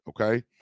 okay